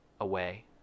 away